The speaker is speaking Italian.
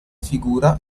figura